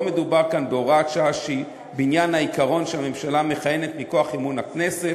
לא מדובר כאן בהוראת שעה בעניין העיקרון שהממשלה מכהנת מכוח אמון הכנסת,